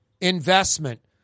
investment